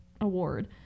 award